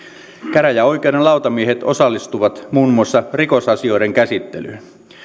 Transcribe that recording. käräjäoikeuden lautamiehet osallistuvat muun muassa rikosasioiden käsittelyyn